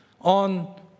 on